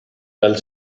dal